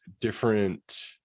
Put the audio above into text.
different